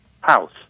House